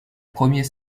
premier